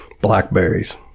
Blackberries